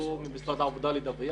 האם בדקתם ממתי --- ממשרד העבודה לדווח